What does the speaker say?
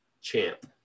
champ